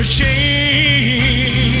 change